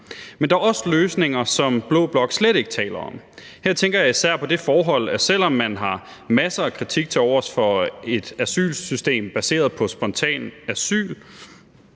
Men der er også løsninger, som blå blok slet ikke taler om. Her tænker jeg især på det forhold, at selv om man har masser af kritik tilovers for et asylsystem baseret på spontan asyl,